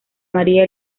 maría